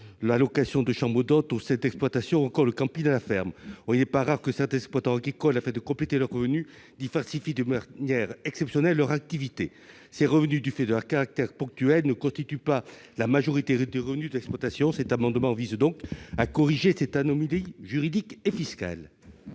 la location de chambres d'hôtes au sein de l'exploitation ou encore le camping à la ferme. Or il n'est pas rare que certains exploitants agricoles, afin de compléter leurs revenus, diversifient de manière exceptionnelle leur activité. Ces revenus, du fait de leur caractère ponctuel, ne constituent pas la majorité des revenus de l'exploitation. Cet amendement vise donc à corriger cette anomalie juridique et fiscale.